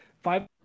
Five